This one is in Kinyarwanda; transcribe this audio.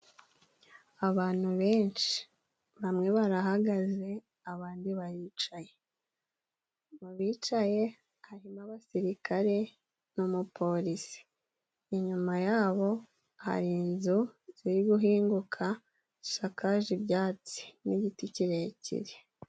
Abantu benshi bamwe barahagaze abandi baricaye, mu bicaye harimo abasirikare n'umupolisi, inyuma yabo hari inzu ziri guhinguka, zishakaje ibyatsi n'igiti kirekire.